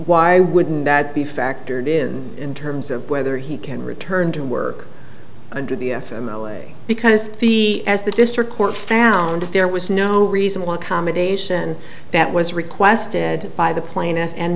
why wouldn't that be factored in in terms of whether he can return to work under the way because the as the district court found there was no reason why a combination that was requested by the plaintiff and